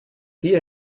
bier